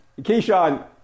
Keyshawn